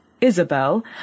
Isabel